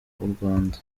rwanda